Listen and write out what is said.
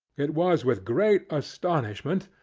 it was with great astonishment,